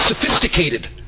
sophisticated